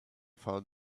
found